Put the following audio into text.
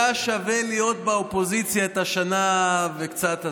היה שווה להיות באופוזיציה את השנה וקצת הזו.